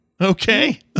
Okay